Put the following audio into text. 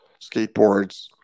skateboards